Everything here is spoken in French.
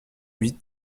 huit